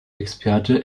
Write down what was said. experte